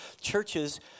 churches